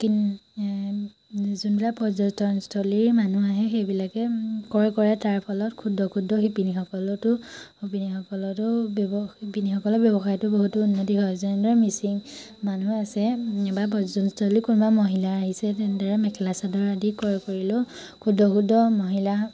কি এ যোনবিলাক পৰ্যটনস্থলীৰ মানুহ আহে সেইবিলাকে ক্ৰয় কৰে তাৰ ফলত ক্ষুদ্ৰ ক্ষুদ্ধ শিপিনীসকলৰো শিপিনীসকলৰো ব্যৱ শিপিনীসকলৰ ব্যৱসায়টো বহুতো উন্নতি হয় যেনেদৰে মিচিং মানুহ আছে বা পৰ্যটনস্থলী কোনোবা মহিলা আহিছে তেনেদৰে মেখেলা চাদৰ আদি ক্ৰয় কৰিলেও ক্ষুদ্ৰ ক্ষুদ্ৰ মহিলা